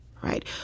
right